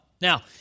Now